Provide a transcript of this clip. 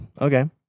Okay